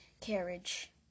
carriage